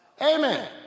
Amen